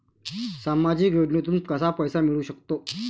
सामाजिक योजनेतून कसा पैसा मिळू सकतो?